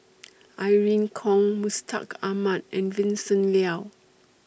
Irene Khong Mustaq Ahmad and Vincent Leow